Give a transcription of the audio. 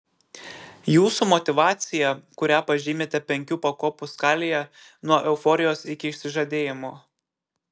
jūsų motyvacija kurią pažymite penkių pakopų skalėje nuo euforijos iki išsižadėjimo